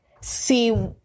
See